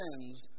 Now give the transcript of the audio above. sins